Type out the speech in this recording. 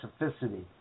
specificity